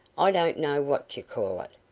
i don't know what you call it.